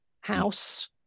House